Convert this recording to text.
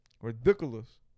Ridiculous